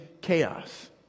chaos